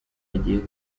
agiye